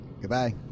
Goodbye